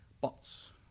bots